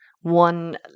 one